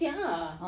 siak ah